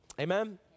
Amen